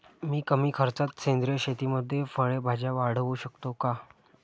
मी कमी खर्चात सेंद्रिय शेतीमध्ये फळे भाज्या वाढवू शकतो का?